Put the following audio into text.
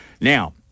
Now